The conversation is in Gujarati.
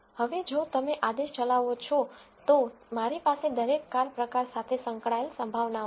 હવે જો તમે આદેશ ચલાવો છો તો મારી પાસે દરેક કાર પ્રકાર સાથે સંકળાયેલ પ્રોબેબ્લીટીઝ છે